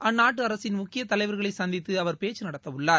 அந்நாட்டு அரசின் முக்கிய தலைவர்களை சந்தித்து அவர் பேச்சு நடத்த உள்ளார்